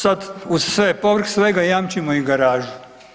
Sad uz sve, povrh svega jamčimo i garažu.